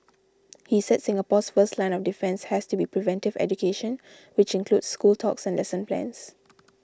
he said Singapore's first line of defence has to be preventive education which includes school talks and lesson plans